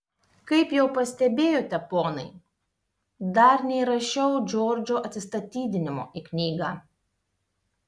kaip jau pastebėjote ponai dar neįrašiau džordžo atsistatydinimo į knygą